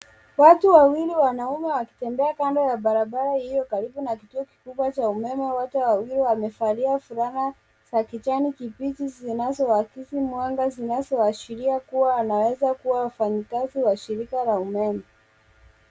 Watu wawili wanaume wakitembea kando ya barabara iliyo karibu na kituo kikubwa cha umeme. Wote wawili wamevalia fulana za kijani kibichi zinazoakisi mwanga zinazoashiria kuwa wanaweza kuwa wafanyikazi wa shirika la umeme.